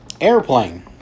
airplane